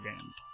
games